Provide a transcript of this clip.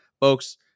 folks